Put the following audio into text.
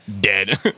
Dead